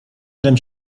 żem